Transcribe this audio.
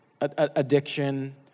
addiction